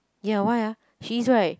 ya why ah she is right